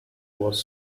was